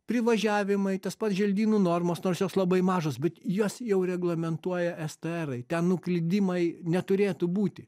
privažiavimai tas pats želdynų normos nors jos labai mažos bet jas jau reglamentuoja esterai ten nuklydimai neturėtų būti